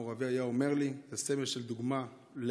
מו"ר אבי היה אומר לי: זה סמל ודוגמה לענווה,